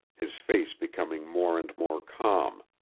his face becoming more and more calm.